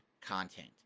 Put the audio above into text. content